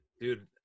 Dude